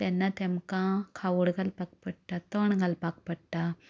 तेन्ना तेमकां खावड घालपाक पडटा तण घालपाक पडटा